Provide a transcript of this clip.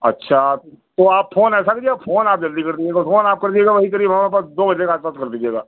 अच्छा तो आप फोन ऐसा कीजिएगा फोन आप जल्दी कर दीजिएगा फोन आप कर दीजिएगा वही क़रीब हमारे पास दो बजे के आस पास कर दीजिएगा